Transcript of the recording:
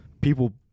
people